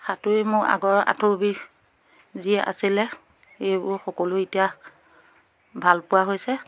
সাঁতুৰি মোৰ আগৰ আঁঠুৰ বিষ যি আছিলে এইবোৰ সকলো এতিয়া ভালপোৱা হৈছে